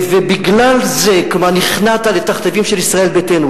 כלומר, נכנעת לתכתיבים של ישראל ביתנו.